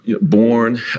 Born